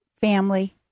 family